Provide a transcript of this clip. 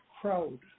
crowd